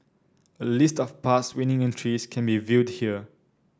a list of past winning entries can be viewed here